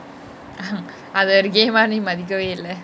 அது ஒரு:athu oru game ah நீ மதிக்கவே இல்ல:nee mathikave illa